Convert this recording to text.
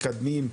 ומקדמים,